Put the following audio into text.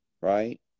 right